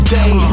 day